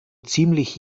ziemlich